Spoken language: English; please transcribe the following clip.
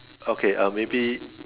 okay uh maybe